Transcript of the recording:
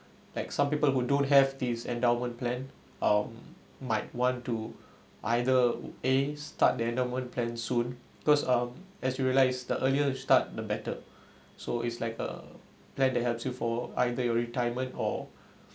like some people who don't have this endowment plan um might want to either a start their normal plan soon cause um as you realized the earlier you start the better so it's like a plan that helps you for either your retirement or